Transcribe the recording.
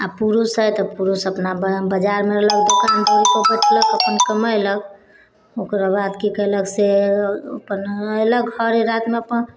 आओर पुरुष हय तऽ पुरुष अपना बऽ बजारमे रहलक तऽ दोकान दौड़िपर बैसलक तऽ कमैलक ओकरो बाद की कयलकसे अपन अयलक घरे रातिमे अपन